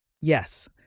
Yes